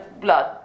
blood